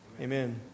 Amen